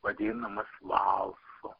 vadinamas valsu